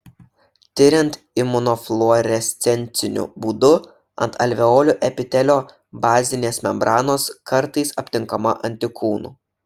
tiriant imunofluorescenciniu būdu ant alveolių epitelio bazinės membranos kartais aptinkama antikūnų